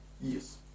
Yes